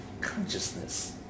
consciousness